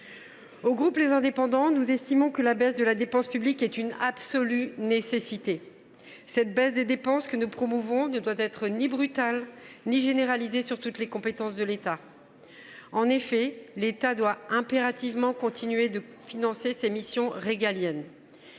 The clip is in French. du groupe Les Indépendants, nous estimons que la baisse de la dépense publique est une absolue nécessité. Cette baisse, que nous promouvons, ne doit être ni brutale ni généralisée à toutes les compétences de l’État. En effet, celui ci doit impérativement continuer de financer ses missions régaliennes.